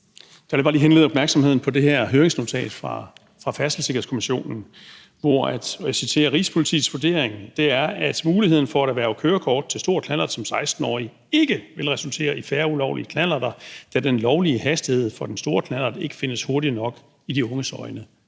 jeg godt lige henlede opmærksomheden på det her høringsnotat fra Færdselssikkerhedskommissionen: Rigspolitiets vurdering er, at muligheden for at erhverve kørekort til stor knallert som 16-årig ikke vil resultere i færre ulovlige knallerter, da den lovlige hastighed for den store knallert ikke findes hurtig nok i de unges øjne.